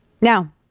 Now